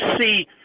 see